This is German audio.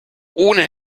ohne